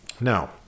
Now